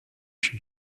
should